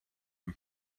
ein